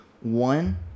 One